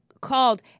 called